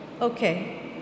Okay